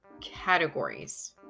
categories